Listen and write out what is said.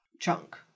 chunk